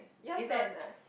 yours ten ah